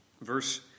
verse